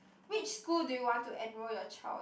which school do you want to enroll your child in